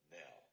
now